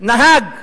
נהג ליברמן,